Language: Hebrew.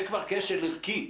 זה כבר כשל ערכי.